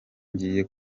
ngiye